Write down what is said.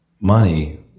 Money